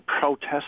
protests